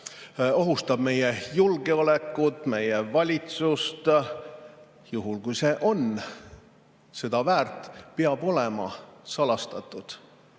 ohustab meie julgeolekut, meie valitsust, juhul kui see on seda väärt, peab olema salastatud.